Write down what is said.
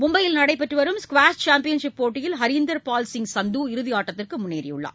மும்பையில் நடைபெற்று வரும் ஸ்குவாஷ் சேம்பியன்ஷிப் போட்டியில் ஹரீந்தர்பால் சிய் சந்து இறுதி ஆட்டத்திற்கு முன்னேறியுள்ளார்